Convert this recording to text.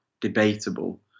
debatable